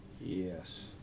Yes